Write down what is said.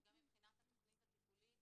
גם מבחינת התכנית הטיפולית,